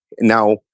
Now